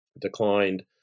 declined